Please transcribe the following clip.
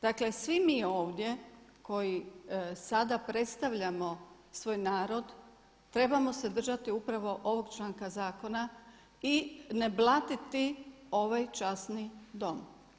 Dakle, svi mi ovdje koji sada predstavljamo svoj narod trebamo se držati upravo ovog članka zakona i ne blatiti ovaj časni Dom.